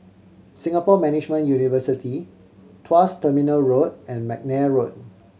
Singapore Management University Tuas Terminal Road and McNair Road